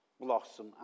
blossom